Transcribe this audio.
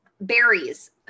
Berries